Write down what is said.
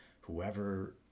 whoever